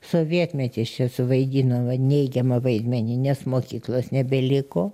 sovietmetis čia suvaidino va neigiamą vaidmenį nes mokyklos nebeliko